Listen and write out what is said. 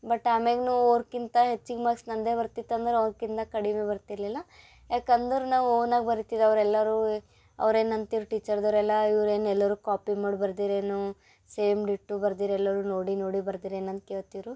but ಆಮ್ಯಾಗ್ನು ಅವ್ರ್ಗಿಂತ ಹೆಚ್ಚಿಗೆ ಮಾರ್ಕ್ಸ್ ನನ್ನದೇ ಬರ್ತಿತ್ತಂದ್ರೆ ಅವ್ರ್ಕಿನ್ನ ಕಡಿಮೆ ಬರ್ತಿರಲಿಲ್ಲ ಯಾಕಂದರೆ ನಾ ಓನಾಗಿ ಬರಿತಿದ್ದೆ ಅವರೆಲ್ಲರೂ ಅವ್ರೇನು ಅಂತಿರು ಟೀಚರ್ದವರೆಲ್ಲ ಇವ್ರು ಏನು ಎಲ್ಲರೂ ಕಾಪಿ ಮಾಡಿ ಬರ್ದಿರು ಏನು ಸೇಮ್ ದಿಟ್ಟು ಬರ್ದಿರು ಎಲ್ಲರೂ ನೋಡಿ ನೋಡಿ ಬರ್ದಿರು ಏನಂತ ಕೇಳ್ತಿದ್ರು